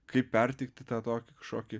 kaip perteikti tą tokį kažkokį